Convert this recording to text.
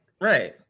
Right